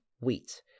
wheat